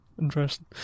interesting